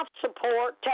support